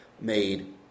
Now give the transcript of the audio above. made